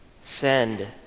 send